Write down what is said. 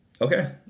Okay